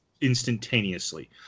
instantaneously